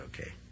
okay